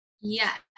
Yes